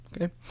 Okay